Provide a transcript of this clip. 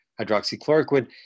hydroxychloroquine